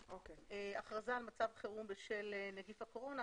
הכרזה של מצב חירום בשל נגיף הקורונה.